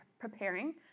preparing